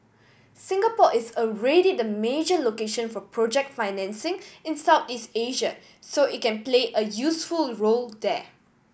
Singapore is already the major location for project financing in Southeast Asia so it can play a useful role there